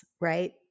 right